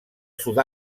sud